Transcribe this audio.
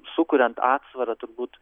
sukuriant atsvarą turbūt